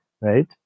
right